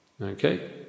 okay